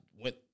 went